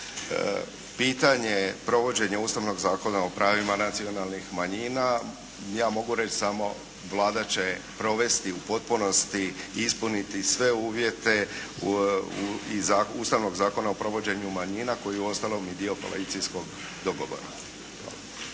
Pitanje provođenja Ustavnog zakona o pravima nacionalnih manjina, ja mogu samo reći, Vlada će provesti u potpunosti i ispuniti sve uvjete iz Ustavnog Zakona o provođenju manjina koji je uostalom i dio koalicijskog dogovora.